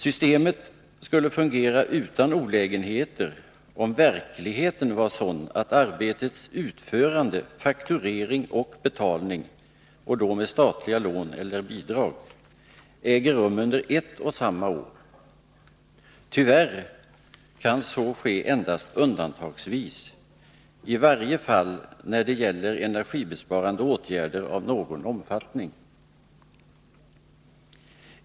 Systemet skulle fungera utan olägenheter om verkligheten var sådan att arbetets utförande, fakturering och betalning, med statligt lån eller bidrag, ägde rum under ett och samma år. Tyvärr kan så ske endast undantagsvis, i varje fall när det gäller energibesparande åtgärder av någon omfattning.